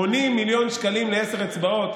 80 מיליון שקלים לעשר אצבעות.